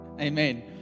Amen